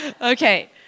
Okay